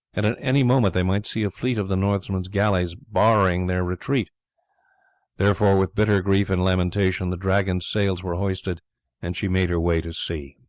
and at any moment they might see a fleet of the northmen's galleys barring their retreat therefore with bitter grief and lamentation the dragon's sails were hoisted and she made her way to sea.